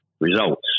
results